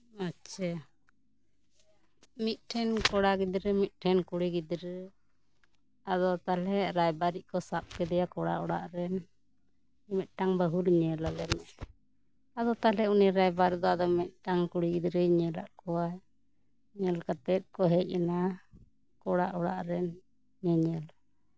ᱟᱪᱪᱷᱟ ᱢᱤᱫᱴᱟᱝ ᱠᱚᱲᱟ ᱜᱤᱫᱽᱨᱟᱹ ᱢᱤᱫᱴᱟᱝ ᱠᱩᱲᱤ ᱜᱤᱫᱽᱨᱟᱹ ᱟᱫᱚ ᱛᱟᱦᱚᱞᱮ ᱨᱟᱭᱵᱟᱨᱤᱪ ᱠᱚ ᱥᱟᱵ ᱠᱮᱫᱮᱭᱟ ᱠᱚᱲᱟ ᱚᱲᱟᱜ ᱨᱮᱱ ᱢᱤᱫᱴᱟᱝ ᱵᱟᱹᱦᱩ ᱧᱮᱞ ᱟᱞᱮ ᱢᱮ ᱟᱫᱚ ᱛᱟᱦᱚᱞᱮ ᱩᱱᱤ ᱨᱟᱭᱵᱟᱨ ᱫᱚ ᱟᱫᱚ ᱢᱤᱫᱴᱟᱱ ᱠᱩᱲᱤ ᱜᱤᱫᱽᱨᱟᱹᱭ ᱧᱮᱞᱟᱜ ᱠᱚᱣᱟᱭ ᱧᱮᱞ ᱠᱟᱛᱮᱜ ᱠᱚ ᱦᱮᱡ ᱮᱱᱟ ᱠᱚᱲᱟ ᱚᱲᱟᱜ ᱨᱮᱱ ᱧᱮᱧᱮᱞ